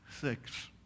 Six